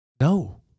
No